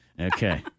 Okay